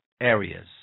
areas